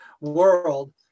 world